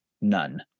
none